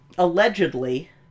Allegedly